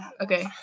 Okay